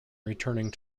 returning